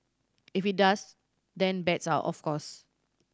if it does then bets are of course